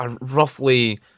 roughly